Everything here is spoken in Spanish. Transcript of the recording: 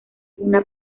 una